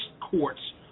courts